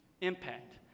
impact